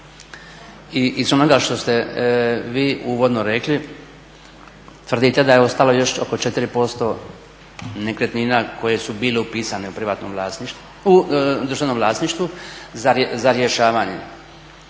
i iz onoga što ste vi uvodno rekli tvrdite da je ostalo još oko 4% nekretnina koje su bile upisane u državnom vlasništvu za rješavanje.